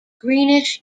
greenish